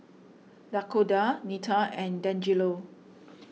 Dakoda Neta and Dangelo